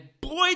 boy